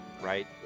right